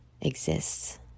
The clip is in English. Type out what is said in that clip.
exists